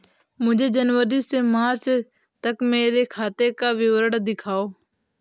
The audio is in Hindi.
मुझे जनवरी से मार्च तक मेरे खाते का विवरण दिखाओ?